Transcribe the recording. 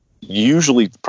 usually